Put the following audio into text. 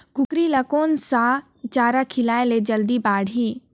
कूकरी ल कोन सा चारा खिलाय ल जल्दी बाड़ही?